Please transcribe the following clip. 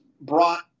brought